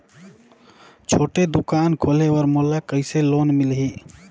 छोटे दुकान खोले बर मोला कइसे लोन मिलही?